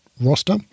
roster